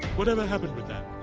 whatever happened with that